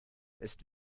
ist